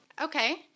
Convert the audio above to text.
Okay